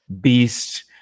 beast